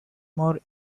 more